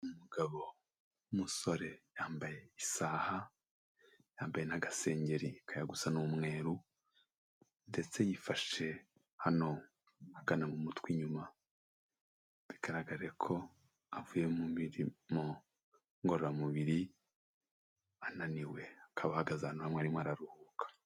Umugabo w'umusore yambaye isaha yambaye n'agasengeri kajya gusa n'umweru ndetse yifashe hano ahagana mu mutwe inyuma, bigaragare ko avuye mu mirimo ngororamubiri ananiwe akaba ahagaze ahantu arimo araruhuka.